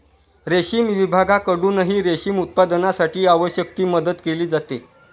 रेशीम विभागाकडूनही रेशीम उत्पादनासाठी आवश्यक ती मदत केली जाते